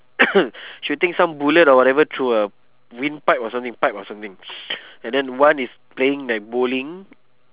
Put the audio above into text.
shooting some bullet or whatever through a windpipe or something pipe or something and then one is playing like bowling